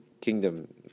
kingdom